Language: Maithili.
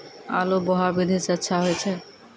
आलु बोहा विधि सै अच्छा होय छै?